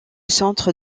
centre